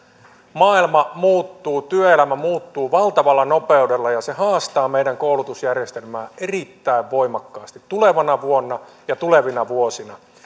maailma muuttuu työelämä muuttuu valtavalla nopeudella ja se haastaa meidän koulutusjärjestelmää erittäin voimakkaasti tulevana vuonna ja tulevina vuosina